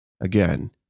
Again